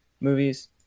movies